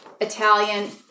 Italian